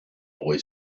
boy